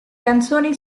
canzoni